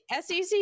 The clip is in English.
SEC